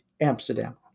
Amsterdam